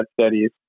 studies